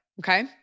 Okay